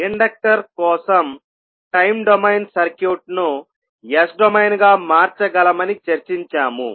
inductor కోసం time domain సర్క్యూట్ను S డొమైన్గా మార్చగలమని చర్చించాము